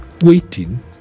waiting